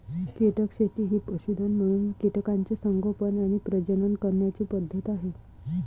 कीटक शेती ही पशुधन म्हणून कीटकांचे संगोपन आणि प्रजनन करण्याची पद्धत आहे